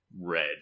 red